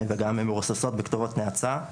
וגם מרוססות בכתובות נאצה.